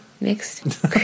next